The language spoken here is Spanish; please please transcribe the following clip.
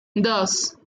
dos